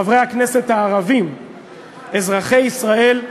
חברי הכנסת הערבים אזרחי ישראל,